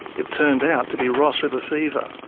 it turned out to be ross river fever.